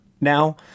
now